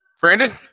Brandon